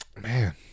man